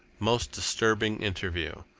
most disturbing interview.